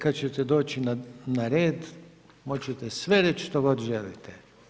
Kada ćete doći na red moći ćete sve reći što god želite.